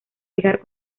fijar